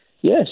yes